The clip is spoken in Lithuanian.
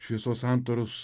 šviesos santaros